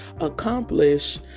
accomplish